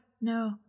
No